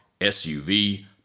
SUV